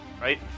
Right